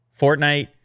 Fortnite